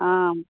आम्